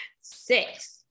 Six